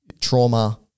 trauma